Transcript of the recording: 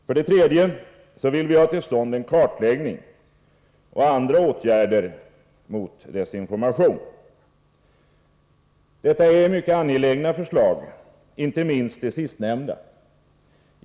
För det tredje vill vi ha till stånd en kartläggning och andra åtgärder mot desinformation. Detta är mycket angelägna förslag, inte minst det sistnämnda.